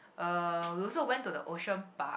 uh we also went to the Ocean Park